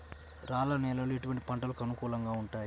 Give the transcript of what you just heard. రాళ్ల నేలలు ఎటువంటి పంటలకు అనుకూలంగా ఉంటాయి?